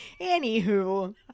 Anywho